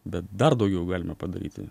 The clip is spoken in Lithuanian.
bet dar daugiau galime padaryti